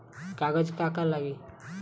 कागज का का लागी?